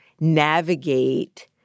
navigate